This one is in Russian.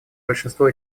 большинство